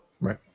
Right